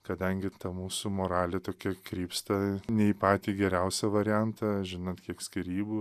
kadangi ta mūsų moralė tokia krypsta ne į patį geriausią variantą žinant kiek skyrybų